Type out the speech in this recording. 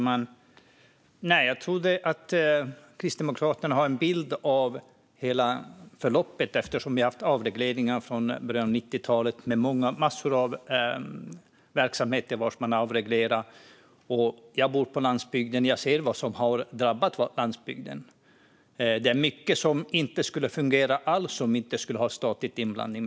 Herr talman! Jag trodde att Kristdemokraterna hade en bild av hela förloppet. Vi har haft avregleringar från början av 90-talet med massor av verksamheter som man har avreglerat. Jag bor på landsbygden. Jag ser vad som har drabbat landsbygden. Det är mycket som inte skulle fungera alls om vi inte skulle ha statlig inblandning.